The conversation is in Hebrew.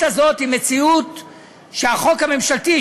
היא שהחוק הממשלתי,